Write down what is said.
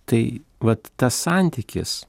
tai vat tas santykis